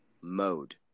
mode